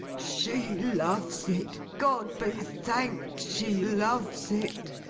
she loves it! god be thanked, she loves it